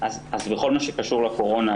בכל מה שקשור לקורונה,